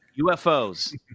UFOs